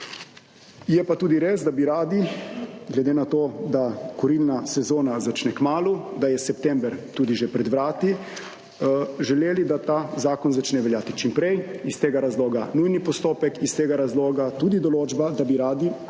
Je pa tudi res, da bi radi, glede na to, da se kurilna sezona začne kmalu, da je september tudi že pred vrati, oz. bi želeli, da ta zakon začne veljati čim prej. Iz tega razloga nujni postopek, iz tega razloga tudi določba, da bi radi, da bi